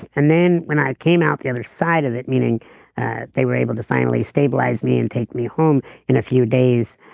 and then when i came out the other side of it, meaning they were able to finally stabilize me and take me home in a few days,